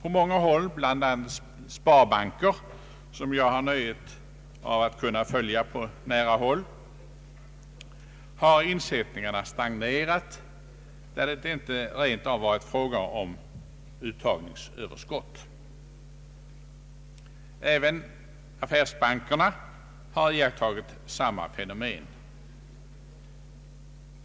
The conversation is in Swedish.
I många av landets sparbanker, som jag har nöjet att kunna följa på nära håll, har insättningarna stagnerat, där det inte rent av har varit fråga om uttagningsöverskott. Även affärsbankerna har iakttagit samma fenomen.